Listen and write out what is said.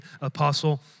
apostle